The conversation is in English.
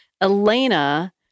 Elena